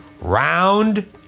Round